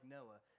Noah